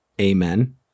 amen